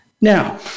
Now